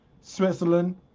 Switzerland